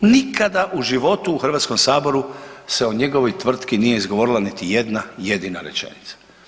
Nikada u životu u Hrvatskom saboru se o njegovoj tvrtki nije izgovorila niti jedna jedina rečenica.